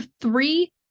three